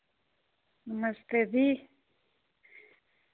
नमस्ते जी